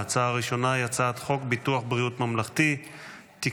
ההצעה הראשונה היא הצעת חוק ביטוח בריאות ממלכתי (תיקון,